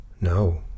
no